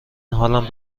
حالم